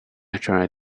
natural